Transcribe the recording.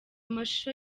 amashusho